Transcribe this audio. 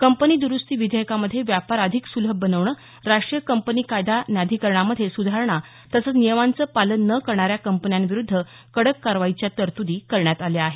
company दरुस्ती विधेयकामध्ये व्यापार अधिक सुलभ बनवणं राष्टीय कंपनी कायदा न्याधिकरणामध्ये स्रधारणा तसंच नियमांचं पालन न करणाऱ्या कंपन्यांविरुद्ध कडक कारवाईच्या तरतुदी करण्यात आल्या आहेत